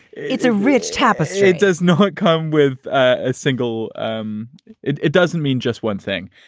it's a rich tapestry does not come with a single um it it doesn't mean just one thing.